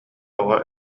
оҕо